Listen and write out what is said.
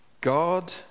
God